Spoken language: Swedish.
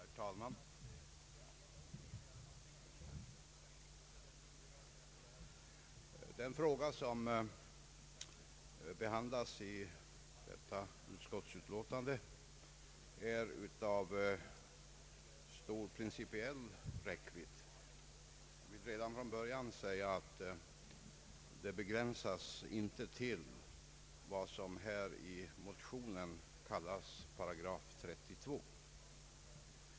Herr talman! Den fråga som behandlas i detta utskottsutlåtande är av stor principiell räckvidd. Jag vill redan från början säga att det begränsas inte till vad som i motionen kallas § 32.